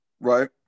Right